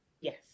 yes